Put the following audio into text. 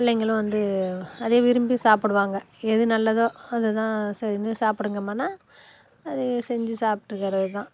பிள்ளைங்களும் வந்து அதே விரும்பி சாப்பிடுவாங்க எது நல்லதோ அதுதான் சரின்னு சாப்பிடுங்கம்மான்னா அது செஞ்சி சாப்பிட்டுக்கறது தான்